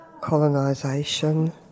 colonisation